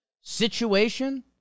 situation